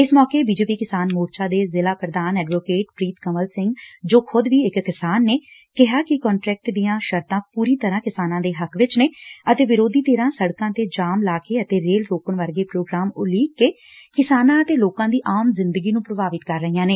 ਇਸ ਮੌਕੇ ਬੀਜੇਪੀ ਕਿਸਾਨ ਮੋਰਚਾ ਦੇ ਜ਼ਿਲੂਾ ਪ੍ਰਧਾਨ ਅਡਵੋਕੇਟ ਪ੍ਰੀਤ ਕੰਵਲ ਸਿੰਘ ਜੋ ਆਪ ਵੀ ਇਕ ਕਿਸਾਨ ਨੇ ਕਿਹਾ ਕਿ ਕੰਟਰੈਕਟ ਦੀਆ ਸ਼ਰਤਾ ਪੂਰੀ ਤਰੂਾ ਕਿਸਾਨੀ ਦੇ ਹੱਕ ਵਿਚ ਨੇ ਅਤੇ ਵਿਰੋਧੀ ਧਿਰਾਂ ਸੜਕਾਂ ਤੇ ਜਾਮ ਲਾ ਕੇ ਅਤੇ ਰੇਲ ਰੋਕਣ ਵਰਗੇ ਉਲੀਕ ਕੇ ਕਿਸਾਨਾਂ ਅਤੇ ਲੋਕਾਂ ਦੀ ਆਮ ਜ਼ਿੰਦਗੀ ਨੂੰ ਪ੍ਭਾਵਿਤ ਕਰ ਰਹੀਆਂ ਨੇ